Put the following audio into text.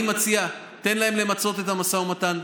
אני מציע: תן להם למצות את המשא ומתן,